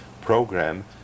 program